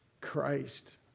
Christ